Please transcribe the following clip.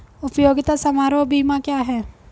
उपयोगिता समारोह बीमा क्या है?